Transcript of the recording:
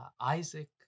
Isaac